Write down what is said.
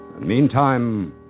Meantime